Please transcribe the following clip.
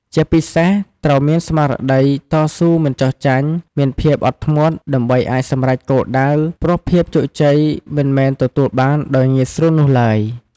ជាពិសេសត្រូវ មានស្មារតីតស៊ូមិនចុះចាញ់ មានភាពអត់ធ្មត់ ដើម្បីអាចសម្រេចគោលដៅ ព្រោះភាពជោគជ័យមិនមែនទទួលបានដោយងាយស្រួលនោះឡើយ។